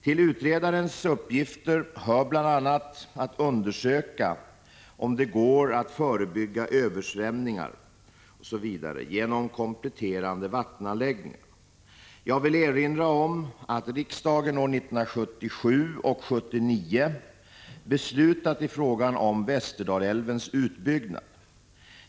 Till utredarens uppgifter hör bl.a. att undersöka om det går att förebygga översvämningar osv. genom kompletterande vattenanläggningar. Jag vill erinra om att riksdagen åren 1977 och 1979 beslutat i fråga om Västerdalälvens utbyggnad.